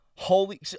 Holy